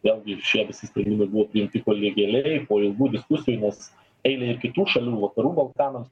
vėlgi ir šie visi sprendimai buvo priimti kolegialiai po ilgų diskusijų nes eilei ir kitų šalių vakarų balkanams